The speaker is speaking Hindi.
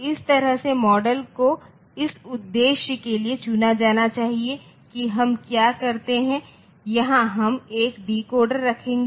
इस तरह से मॉडल को इस उद्देश्य के लिए चुना जाना चाहिए कि हम क्या करते हैं यहां हम एक डिकोडर रखेंगे